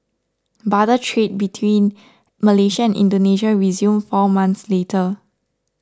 barter trade between Malaysia and Indonesia resumed four months later